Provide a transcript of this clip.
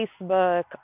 Facebook